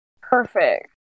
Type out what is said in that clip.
Perfect